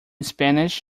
spanish